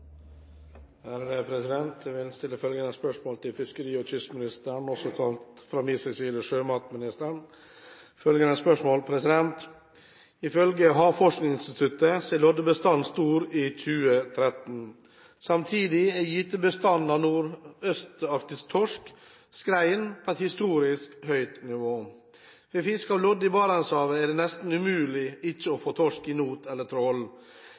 fiskeri- og kystministeren – fra min side også kalt sjømatministeren: «Ifølge Havforskningsinstituttet er loddebestanden stor i 2013. Samtidig er gytebestanden av nordaustarktisk torsk, skrei, på et historisk høyt nivå. Ved fiske av lodde i Barentshavet er det nesten umulig ikke å få torsk i not eller